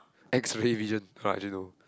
X-ray vision oh I didn't know